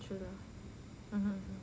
true lah mmhmm